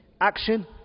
action